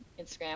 Instagram